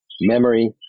memory